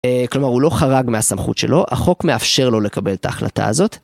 כלומר הוא לא חרג מהסמכות שלו, החוק מאפשר לו לקבל את ההחלטה הזאת.